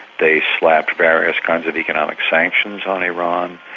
they slapped various kinds of economic sanctions on iran,